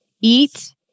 eat